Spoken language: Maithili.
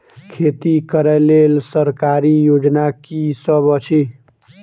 खेती करै लेल सरकारी योजना की सब अछि?